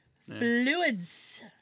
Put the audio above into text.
Fluids